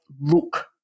look